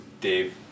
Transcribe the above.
dave